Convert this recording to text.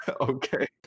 Okay